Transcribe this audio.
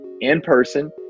in-person